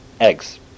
eggs